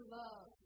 love